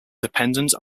dependent